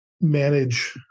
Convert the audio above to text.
manage